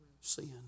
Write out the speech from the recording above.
sin